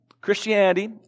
Christianity